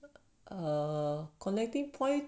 a connecting point